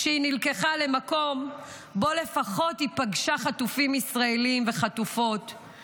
כשהיא נלקחה למקום שבו לפחות היא פגשה חטופים וחטופות ישראלים.